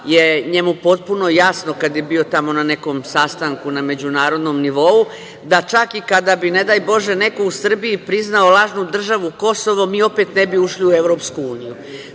je njemu potpuno jasno kad je bio tamo na nekom sastanku na međunarodnom nivou, da čak i kada bi, ne daj Bože, neko u Srbiji priznao lažnu državu Kosovo, mi opet ne bi ušli u EU.To je,